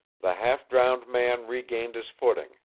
the half-drowned man regained his footing.